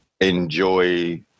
enjoy